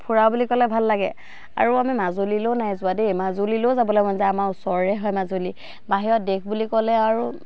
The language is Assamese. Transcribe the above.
ফুৰা বুলি ক'লে ভাল লাগে আৰু আমি মাজুলীলৈও নাই যোৱা দেই মাজুলীলৈও যাবলৈ মন যায় আমাৰ ওচৰৰে হয় মাজুলী বাহিৰত দেশ বুলি ক'লে আৰু